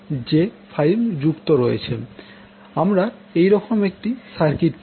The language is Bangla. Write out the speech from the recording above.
আমরা এই রকম সার্কিট পাবো